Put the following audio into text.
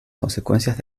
consecuencias